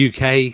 UK